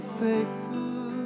faithful